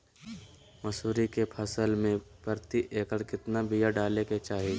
मसूरी के फसल में प्रति एकड़ केतना बिया डाले के चाही?